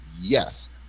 yes